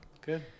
Good